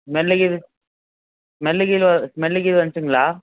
smell கில் smell கில்லு smell கில்லு வந்துச்சுங்களா